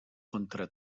contra